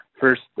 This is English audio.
First